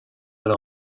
阁楼